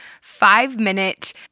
five-minute